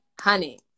Honey